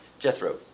Jethro